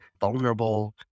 vulnerable